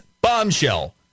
bombshell